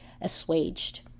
assuaged